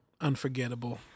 unforgettable